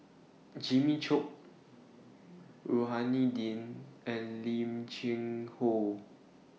Jimmy Chok Rohani Din and Lim Cheng Hoe